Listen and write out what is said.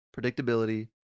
predictability